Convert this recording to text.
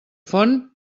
font